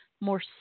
more